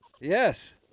Yes